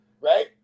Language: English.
right